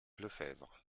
lefebvre